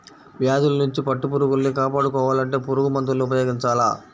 వ్యాధుల్నించి పట్టుపురుగుల్ని కాపాడుకోవాలంటే పురుగుమందుల్ని ఉపయోగించాల